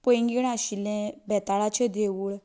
पैंगीण आशिल्लें बेताळाचें देवूळ